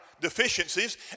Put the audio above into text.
deficiencies